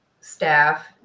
staff